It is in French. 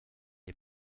est